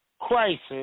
crisis